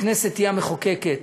הכנסת היא המחוקקת,